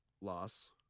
loss